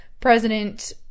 President